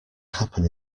happen